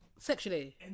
sexually